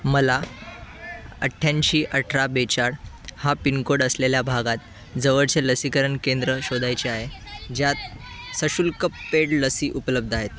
मला अठ्ठ्याऐंशी अठरा बेचाळीस हा पिनकोड असलेल्या भागात जवळचे लसीकरण केंद्र शोधायचे आहे ज्यात सशुल्क पेड लसी उपलब्ध आहेत